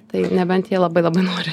tai nebent jie labai labai nori